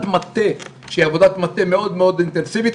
מטה שהיא עבודת מטה מאוד מאוד אינטנסיבית,